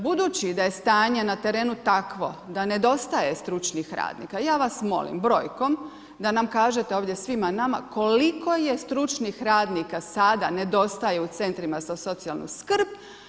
Budući da je stanje na terenu takvo, da nedostaje stručnih radnika, ja vas molim brojkom, da nam kažete ovdje svima nama, koliko je stručnih radnika, sada, nedostaje u centrima za socijalnu skrb.